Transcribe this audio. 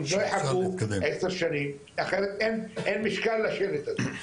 לא יחכו עשר שנים כי אחרת אין משקל לשלט הזה.